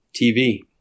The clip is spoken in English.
TV